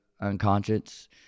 unconscious